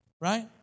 Right